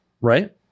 right